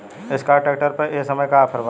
Escort tractor पर ए समय का ऑफ़र बा?